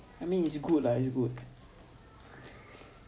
I mean it's good lah it's good